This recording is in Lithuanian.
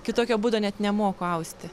kitokio būdo net nemoku austi